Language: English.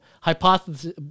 hypothesis